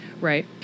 Right